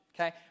Okay